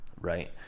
right